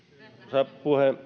arvoisa